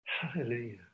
Hallelujah